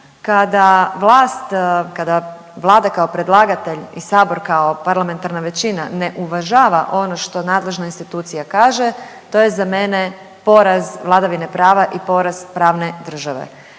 kada vlast, kada Vlada kao predlagatelj i sabor kao parlamentarna većina ne uvažava ono što nadležna institucija kaže, to je za mene poraz vladavine prava i poraz pravne države.